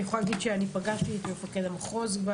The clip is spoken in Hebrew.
אני יכולה להגיד שאני פגשתי את מפקד המחוז,